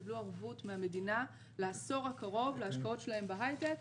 קיבלו ערבות מהמדינה לעשור הקרוב להשקעות שלהם בהייטק,